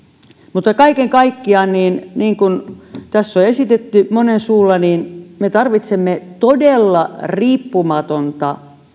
mutta kaiken kaikkiaan niin niin kuin tässä on esitetty monen suulla me tarvitsemme todella riippumatonta